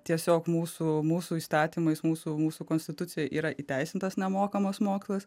tiesiog mūsų mūsų įstatymais mūsų mūsų konstitucijoj yra įteisintas nemokamas mokslas